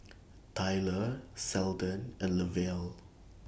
Tylor Seldon and Lavelle